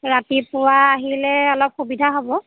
ৰাতিপুৱা আহিলে অলপ সুবিধা হ'ব